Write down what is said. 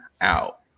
out